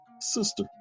sister